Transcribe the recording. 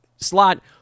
Slot